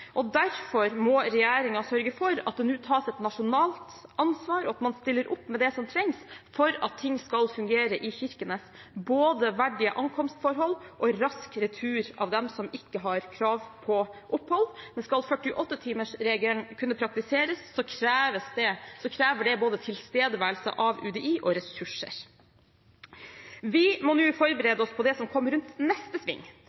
og derfor må regjeringen sørge for at det nå tas et nasjonalt ansvar, og at man stiller opp med det som trengs for at ting skal fungere i Kirkenes, både verdige ankomstforhold og rask retur av dem som ikke har krav på opphold. Men skal 48-timersregelen kunne praktiseres, krever det både tilstedeværelse av UDI og ressurser. Vi må nå forberede oss på det som kommer rundt neste sving,